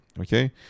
Okay